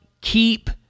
keep